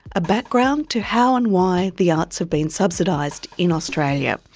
a background to how and why the arts have been subsidised in australia.